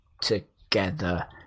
together